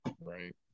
Right